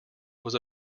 was